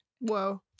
Whoa